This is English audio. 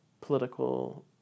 political